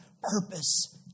purpose